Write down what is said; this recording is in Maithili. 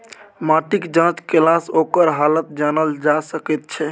माटिक जाँच केलासँ ओकर हालत जानल जा सकैत छै